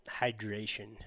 hydration